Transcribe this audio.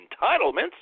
entitlements